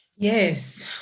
Yes